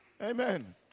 Amen